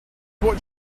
what